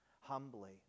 humbly